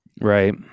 Right